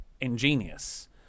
ingenious